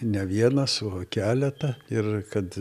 ne vienas o keletą ir kad